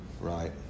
Right